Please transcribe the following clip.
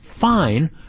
fine